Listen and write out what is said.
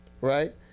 right